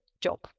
job